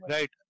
Right